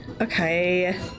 okay